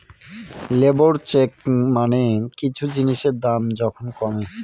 labour চেক মানে কিছু জিনিসের দাম যখন কমে